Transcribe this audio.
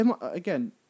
again